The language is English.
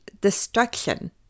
destruction